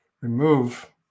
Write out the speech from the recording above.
remove